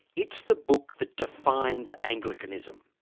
it's the book that defines anglicanism.